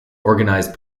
organized